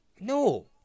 No